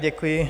Děkuji.